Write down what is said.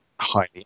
highly